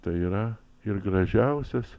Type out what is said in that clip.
tai yra ir gražiausias